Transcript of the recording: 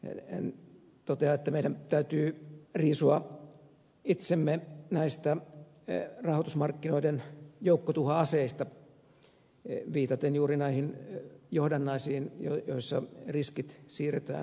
hän toteaa että meidän täytyy riisua itsemme näistä rahoitusmarkkinoiden joukkotuhoaseista viitaten juuri näihin johdannaisiin joissa riskit siirretään väärille tahoille